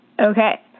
Okay